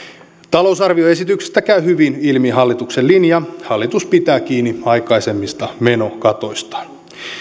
talousarvioesityksestä käy hyvin ilmi hallituksen linja hallitus pitää kiinni aikaisemmista menokatoistaan